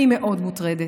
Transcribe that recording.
אני מאוד מוטרדת.